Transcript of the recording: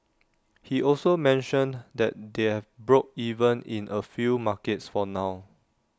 he also mentioned that they've broke even in A few markets for now